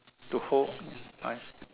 to hold I